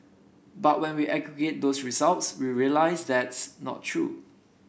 but when we aggregate those results we realise that's not true